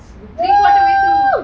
!woo!